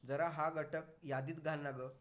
जरा हा घटक यादीत घाल ना ग